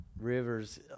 Rivers